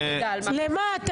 מה אתה